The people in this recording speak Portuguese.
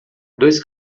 dois